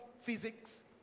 physics